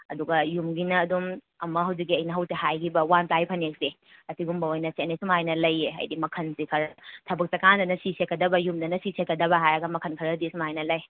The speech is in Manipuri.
ꯑꯗꯨꯒ ꯌꯨꯝꯒꯤꯅ ꯑꯗꯨꯝ ꯑꯃ ꯍꯧꯖꯤꯛꯀꯤ ꯑꯩꯅ ꯍꯧꯖꯤꯛꯇ ꯍꯥꯏꯈꯤꯕ ꯋꯥꯟ ꯄ꯭ꯂꯥꯏ ꯐꯅꯦꯛꯁꯦ ꯑꯁꯤꯒꯨꯝꯕ ꯑꯣꯏꯅ ꯁꯦꯠꯅꯩ ꯁꯨꯃꯥꯏꯅ ꯂꯩꯌꯦ ꯍꯥꯏꯗꯤ ꯃꯈꯜꯁꯦ ꯈꯔ ꯊꯕꯛ ꯆꯠꯀꯥꯟꯗꯅ ꯁꯤ ꯁꯦꯠꯀꯗꯕ ꯌꯨꯝꯗꯅ ꯁꯤ ꯁꯦꯠꯀꯗꯕ ꯍꯥꯏꯔꯒ ꯃꯈꯜ ꯈꯔꯗꯤ ꯑꯁꯨꯃꯥꯏꯅ ꯂꯩ